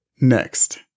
Next